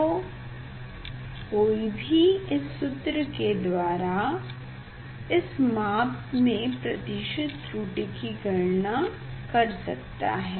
तो कोई भी इस सूत्र के द्वारा इस माप में प्रतिशत त्रुटि की गणना कर सकता है